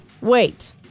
Wait